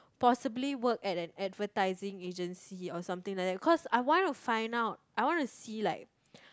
possibly work at an advertising agency or something like that because I want to find out I want to see like